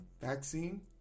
vaccine